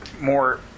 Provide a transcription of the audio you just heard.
more